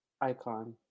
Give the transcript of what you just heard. icon